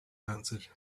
answered